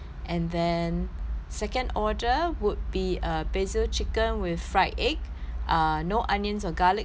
second order would be uh basil chicken with fried egg uh no onions or garlic for that [one]